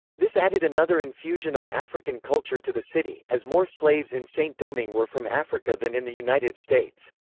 this added another infusion of african culture to the city, as more slaves in saint-domingue were from africa than in the united states.